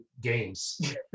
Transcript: games